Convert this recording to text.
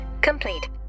complete